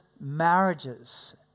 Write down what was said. marriages